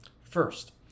First